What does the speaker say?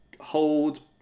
hold